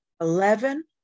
eleven